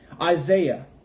Isaiah